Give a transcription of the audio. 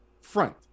front